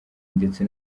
ndetse